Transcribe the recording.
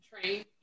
train